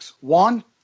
One